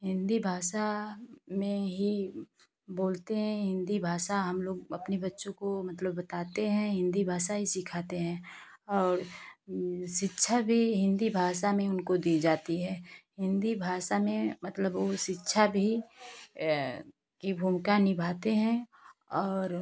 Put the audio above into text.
हिन्दी भाषा में ही बोलते हैं हिन्दी भाषा हम लोग अपने बच्चों को मतलब बताते हैं हिन्दी भाषा ही सिखाते हैं और शिक्षा भी हिन्दी भाषा में उनको दी जाती है हिन्दी भाषा में मतलब वो शिक्षा भी की भूमिका निभाते हैं और